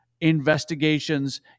investigations